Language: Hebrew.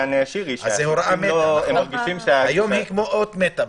היום היא כמו אות מתה.